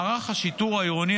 מערך השיטור העירוני,